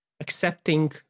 Accepting